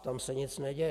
Tam se nic neděje.